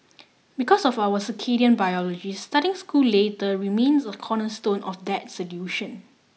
because of our circadian biology starting school later remains a cornerstone of that solution